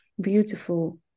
beautiful